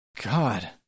God